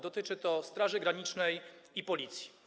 Dotyczy to Straży Granicznej i Policji.